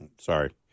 Sorry